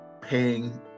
paying